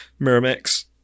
miramax